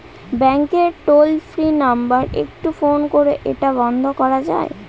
ব্যাংকের toll free number একটু phone করে এটা বন্ধ করা যায়?